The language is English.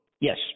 Yes